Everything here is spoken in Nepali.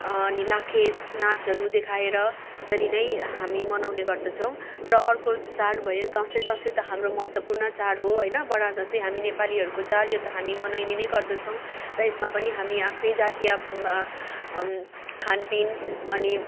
अनि लाखे नाचहरू देखाएर यसरी नै हामी मनाउने गर्दछौँ र अर्को चाड भयो दसैँ दसैँ त हाम्रो महत्त्वपूर्ण चाड हो होइन बडा दसैँ हामी नेपालीहरूको चाड यो त हामी मनाउने गर्दछौँ र यसमा पनि हामी आफ्नै जातीय खानपिन अनि